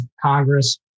Congress